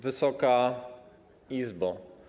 Wysoka Izbo!